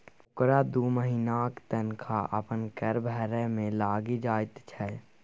ओकरा दू महिनाक तनखा अपन कर भरय मे लागि जाइत छै